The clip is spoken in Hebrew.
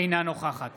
אינה נוכחת